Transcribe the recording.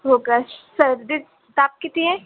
हो का सर्दी ताप किती आहे